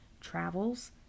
travels